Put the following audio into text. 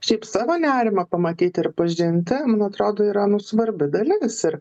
šiaip savo nerimą pamatyti ir pažinti man atrodo yra nu svarbi dalis ir